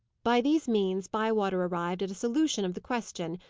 by these means, bywater arrived at a solution of the question,